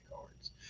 cards